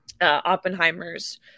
Oppenheimer's